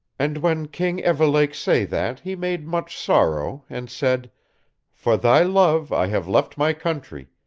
and when king evelake say that he made much sorrow, and said for thy love i have left my country,